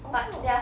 orh